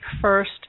first